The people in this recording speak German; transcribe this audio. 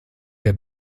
der